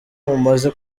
umaze